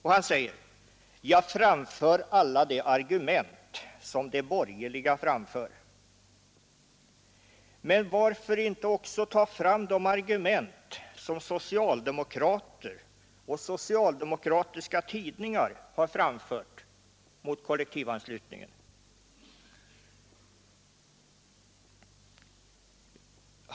Han säger: ”Jag framför alla de argument som de borgerliga framför.” Men varför inte också ta fram de argument som socialdemokrater och socialdemokratiska tidningar har framfört mot kollektivanslutningen?